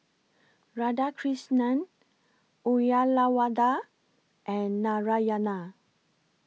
Radhakrishnan Uyyalawada and Narayana